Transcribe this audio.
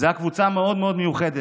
זאת הייתה קבוצה מאוד מאוד מיוחדת.